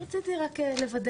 רציתי רק לוודא.